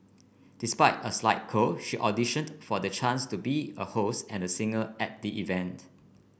despite a slight cold she auditioned for the chance to be a host and a singer at the event